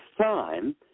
time